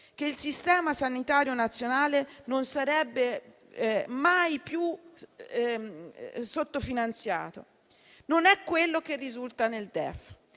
che il Servizio sanitario nazionale non sarebbe stato mai più sotto finanziato, ma non è quello che risulta nel DEF.